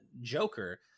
Joker